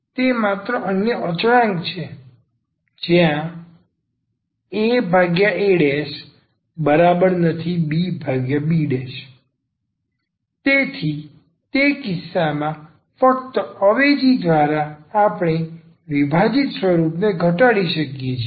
તે માત્ર અન્ય અચળાંક છે જ્યાં aabb તેથી તે કિસ્સામાં ફક્ત અવેજી દ્વારા આપણે વિભાજીત સ્વરૂપને ઘટાડી શકીએ છીએ